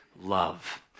love